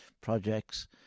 projects